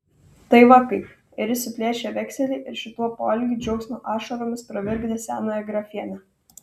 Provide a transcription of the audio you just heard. tai va kaip ir jis suplėšė vekselį ir šituo poelgiu džiaugsmo ašaromis pravirkdė senąją grafienę